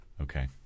Okay